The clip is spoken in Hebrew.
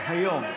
היום,